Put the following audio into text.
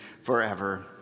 forever